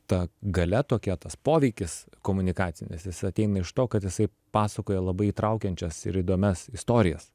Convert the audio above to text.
ta galia tokia tas poveikis komunikacinis jis ateina iš to kad jisai pasakoja labai įtraukiančias ir įdomias istorijas